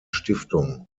stiftung